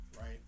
right